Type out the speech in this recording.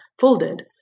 folded